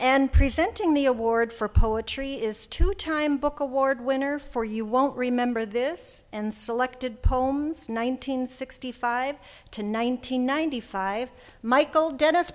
and presenting the award for poetry is to time book award winner for you won't remember this and selected poems nine hundred sixty five to nine hundred ninety five michael dennis